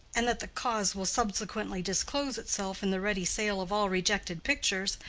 and that the cause will subsequently disclose itself in the ready sale of all rejected pictures,